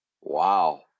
Wow